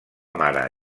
mare